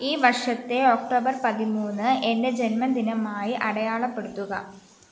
ഈ വർഷത്തെ ഒക്ടോബർ പതിമൂന്ന് എന്റെ ജന്മദിനമായി അടയാളപ്പെടുത്തുക